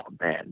man